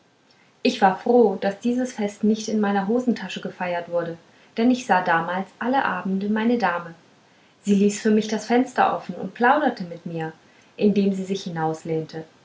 ich war froh daß dieses fest nicht in meiner hosentasche gefeiert wurde denn ich sah damals alle abende meine dame sie ließ für mich das fenster offen und plauderte mit mir indem sie sich